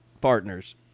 partners